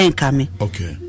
Okay